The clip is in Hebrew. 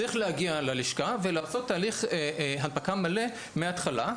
צריך להגיע ללשכה ולעשות הליך הנפקה מלא מהתחלה,